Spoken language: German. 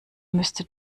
müsste